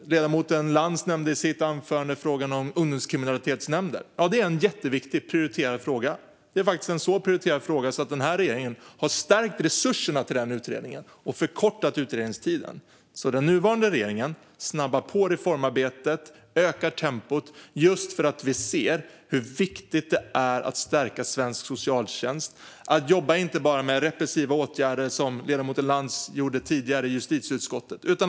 Ledamoten Lantz nämnde i sitt anförande frågan om ungdomskriminalitetsnämnder. Det är en jätteviktig, prioriterad fråga. Den är faktiskt så prioriterad att regeringen har stärkt resurserna till utredningen och förkortat utredningstiden. Den nuvarande regeringen snabbar alltså på reformarbetet och ökar tempot, just för att vi ser hur viktigt det är att stärka svensk socialtjänst och inte bara jobba med repressiva åtgärder som ledamoten Lantz gjorde tidigare i justitieutskottet.